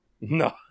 No